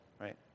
right